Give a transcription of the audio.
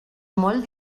molt